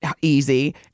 easy